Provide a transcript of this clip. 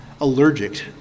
allergic